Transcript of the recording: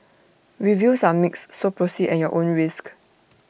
reviews are mixed so proceed at your own risk